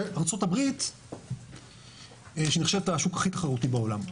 וארצות הברית שנחשבת השוק הכי תחרותי בעולם.